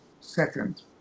second